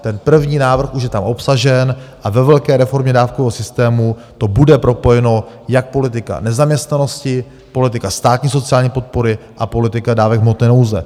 Ten první návrh už je tam obsažen a ve velké reformě dávkového systému to bude propojeno, jak politika nezaměstnanosti, politika státní sociální podpory a politika dávek hmotné nouze.